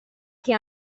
che